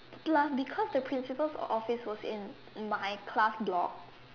plus because the principal's office was in in my class block